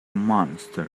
monster